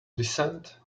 descent